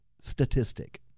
statistic